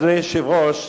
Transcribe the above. אדוני היושב-ראש,